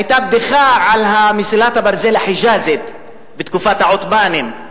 היתה בדיחה על מסילת הברזל החיג'אזית בתקופת העות'מאנים.